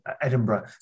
Edinburgh